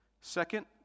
Second